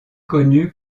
connue